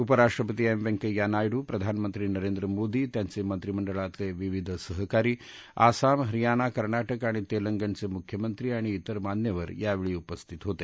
उपराष्ट्रपती एम व्यंकय्या नायडू प्रधानमंत्री नरेंद्र मोदी त्यांचे मंत्रिमंडळातले विविध सहकारी आसाम हरयाणा कर्नाटक आणि तेलंगणचे मुख्यमंत्री आणि इतर मान्यवर यावेळी उपस्थित होते